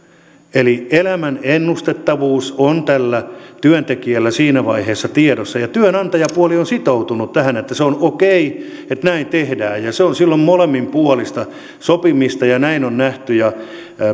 eli elämän ennustettavuus on tällä työntekijällä siinä vaiheessa tiedossa ja työnantajapuoli on sitoutunut tähän että on okei että näin tehdään ja ja se on silloin molemminpuolista sopimista ja näin on nähty